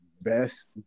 best